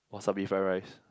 wasabi fried rice